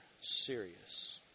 serious